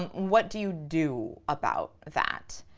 and what do you do about that?